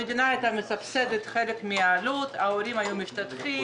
המדינה היתה מסבסדת חלק מהעלות וההורים היו משתתפים.